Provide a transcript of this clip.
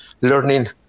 learning